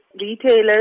retailers